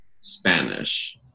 Spanish